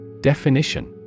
Definition